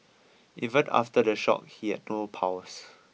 even after the shock he had no pulse